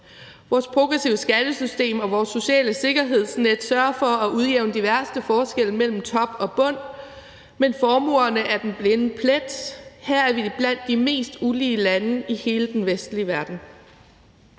Vores progressive skattesystem og vores sociale sikkerhedsnet sørger for at udjævne de værste forskelle mellem top og bund, men formuerne er den blinde plet, og her er vi blandt de mest ulige lande i hele den vestlige verden.